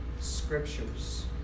scriptures